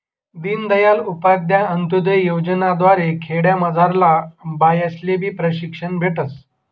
दीनदयाल उपाध्याय अंतोदय योजना द्वारे खेडामझारल्या बायास्लेबी प्रशिक्षण भेटस